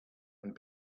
and